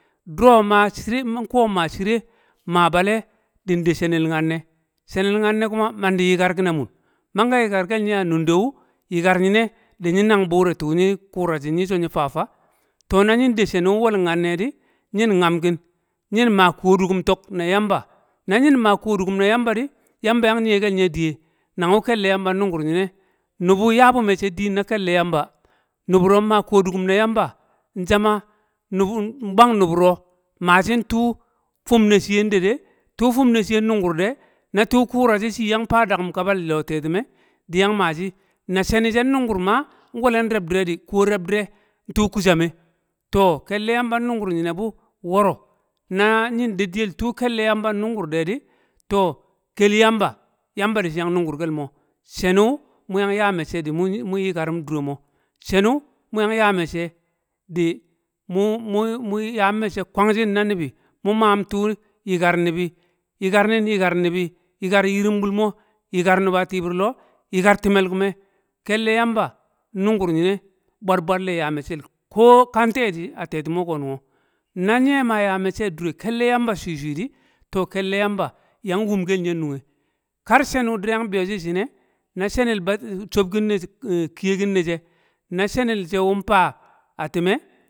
du̱ro̱ ma ko̱ ma shire, nkuwo̱ ma shire, ma bale̱ din de̱ she̱ni̱l nyanne̱, she̱ni̱l nyanne̱ kuma mandi̱ yikar kin a mun, manke̱ yikar ke̱l nye a nunde̱ wu di̱ nyi̱ nan buure̱ tu̱u̱ nyi ku̱ra shi̱ nyi so nyi fa fa to, na nyi̱n de she̱nu̱ nwe̱l nyanne̱ di̱ yi̱n nyamki̱n yin ma kuwo̱ du̱ku̱m tok na yamba, na yin ma kuwo du̱ku̱m na yamba di, yamba yang nyi̱ye̱ kel nye̱ diye̱ nang wu̱ ke̱lle̱ yamba nnu̱ngu̱r nyine̱, nubu̱ nyabu mecce din na kelle yamba, nu̱bu̱ro̱ mma ko̱du̱ku̱m na yamba zama nubu nbwang nu̱bu̱ro̱ mashi̱n tu̱ fu̱m ne̱ shi̱ye̱ nde̱ de tu fum ne shiye nnungu̱r de na tu̱u̱ kura shi shi yang faa daku̱m ka bal loo te̱ti̱me̱, di nyang ma shi̱ na she̱ni̱ she̱ nnu̱ngu̱r ma nwe̱le̱n re̱b dire̱ di, kuwo̱ re̱b dire̱ ko̱ reb dɪre ntu̱ ku̱shamme̱ to, ke̱lle̱ yamba nnu̱ngu̱r nyine bu woro na nyin de̱ diyel tuu ke̱lle̱ yamba nnu̱ngu̱r de di to, kel yamba yamba dishi̱ yang nnu̱ngu̱r kelmo she̱nu̱ mu yang ya me̱cce̱ du mu- mu yikarrum durre mo, shenu mu yang ya me̱cce̱ di̱ mu mu- mu yam me̱cce̱ kwang shin na nibi, mu mamtu yikar ni̱bi̱, yikar nin yikar nibim yikar yirum bulmo̱, yikar nuba tibir loo, yikar timel kumo kelle yamba nnungur nyi̱ne̱ bwad bwad le ya meccel ko ka nte di a te̱ti̱mo̱ ko nungo na nye maa ya me̱cce̱ a dure kelle yamba shwi shwi di to, kelle yamba yang wu̱m kel nye̱ nungke, kar shenu dire yang biyo shi̱ di̱ shi e̱, na she̱ni̱l ba cho̱b kin kiyekin ne she, na she̱ni̱l she̱ wu̱n fa a ti̱me̱.